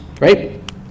right